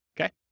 Okay